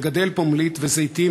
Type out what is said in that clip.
מגדל פומלית וזיתים,